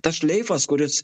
tas šleifas kuris